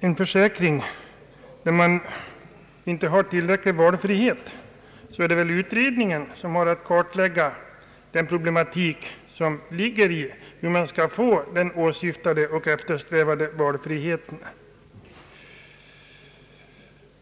en försäkring som inte ger tillräckliga valmöjligheter, bör det väl vara en utrednings sak att kartlägga problemen hur man skall få den åsyftade och eftersträvade valfriheten.